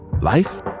life